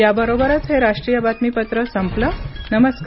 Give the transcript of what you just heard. या बरोबरच हे राष्ट्रीय बातमीपत्र संपल नमस्कार